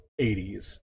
80s